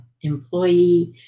employee